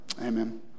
amen